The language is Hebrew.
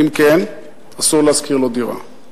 אם כן, אסור להשכיר לו דירה.